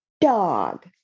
dog